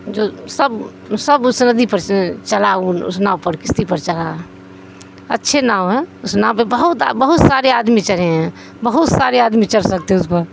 جو سب سب اس ندی پر چلا ان اس ناؤ پر کستی پر چلا اچھے ناؤ ہے اس ناؤ پہ بہت بہت سارے آدمی چڑھے ہیں بہت سارے آدمی چڑھ سکتے اس پر